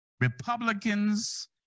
Republicans